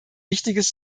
wichtiges